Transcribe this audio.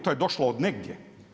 To je došlo od negdje.